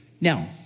Now